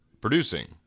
producing